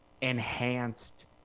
enhanced